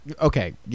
Okay